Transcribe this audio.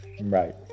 Right